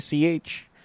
ACH